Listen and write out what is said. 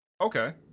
Okay